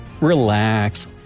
Relax